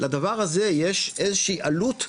לדבר הזה יש איזה שהיא עלות,